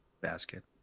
basket